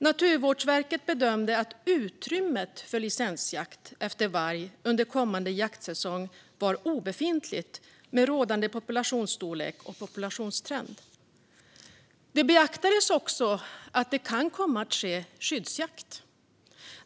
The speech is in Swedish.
Naturvårdsverket bedömde att utrymmet för licensjakt efter varg under kommande jaktsäsong var obefintligt med rådande populationsstorlek och populationstrend. Det beaktades också att det kan komma att ske skyddsjakt.